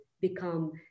become